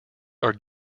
are